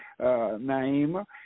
Naima